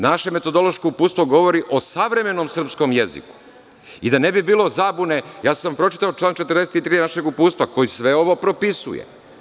Naše metodološko uputstvo govori o savremenom srpskom jeziku, i da ne bi bilo zabune, ja sam pročitao član 43. našeg uputstva koji sve ovo propisuje.